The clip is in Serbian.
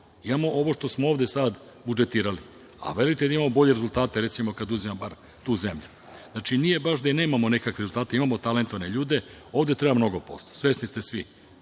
Imamo ovo ovde što smo sada budžetirali, a verujte mi da imamo bolje rezultate, recimo, kada uzimamo bar tu zemlju. Znači, nije baš da i nemamo neke rezultate, imamo talentovane ljude. Ovde treba mnogo posla, svesni ste svi.